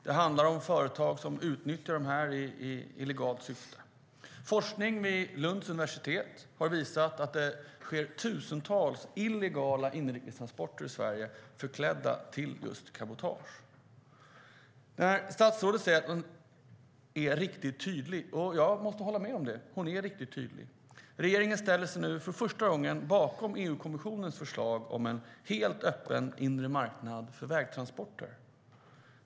Det handlar om företag som utnyttjar dem i illegalt syfte. Forskning vid Lunds universitet har visat att det sker tusentals illegala inrikestransporter i Sverige förklädda till just cabotage. När statsrådet säger att hon är riktigt tydlig måste jag hålla med om det, hon är riktigt tydlig. Regeringen ställer sig nu för första gången bakom EU-kommissionens förslag om en helt öppen inre marknad för vägtransporter.